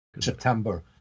September